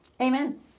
Amen